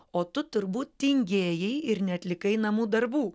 o tu turbūt tingėjai ir neatlikai namų darbų